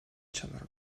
чанар